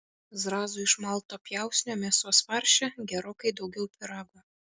zrazų iš malto pjausnio mėsos farše gerokai daugiau pyrago